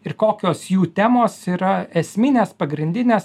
ir kokios jų temos yra esminės pagrindinės